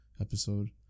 episode